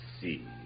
see